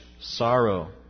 sorrow